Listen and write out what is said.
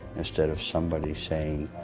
instead of somebody saying,